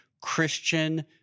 Christian